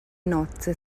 nozze